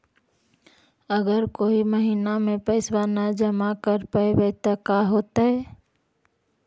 अगर कोई महिना मे पैसबा न जमा कर पईबै त का होतै?